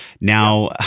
Now